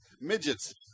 Midgets